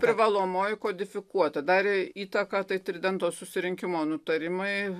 privalomoji kodifikuota darė įtaką tai tridento susirinkimo nutarimai